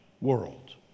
world